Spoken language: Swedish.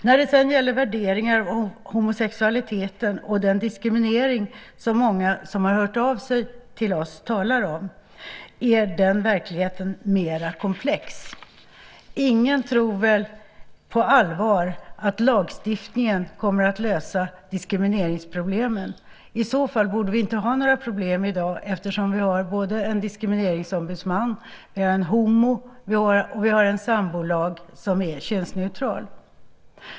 När det gäller värderingar av homosexualiteten och den diskriminering som många som har hört av sig till oss talar om är verkligheten mer komplex. Ingen tror väl på allvar att lagstiftningen kommer att lösa diskrimineringsproblemen. I så fall borde vi inte ha några problem i dag eftersom vi har både en diskrimineringsombudsman, en HomO och sambolag som är könsneutral.